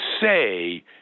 say